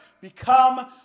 Become